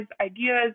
ideas